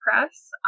Press